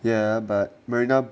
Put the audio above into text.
ya but marina